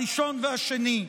הראשון והשני.